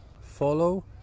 follow